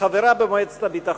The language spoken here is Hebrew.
חברה במועצת הביטחון,